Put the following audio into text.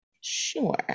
Sure